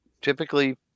typically